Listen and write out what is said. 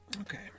Okay